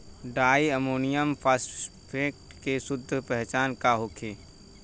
डाई ammonium phosphate के शुद्ध पहचान का होखे?